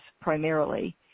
primarily